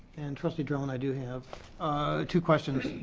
trustee drummond, i do have two questions.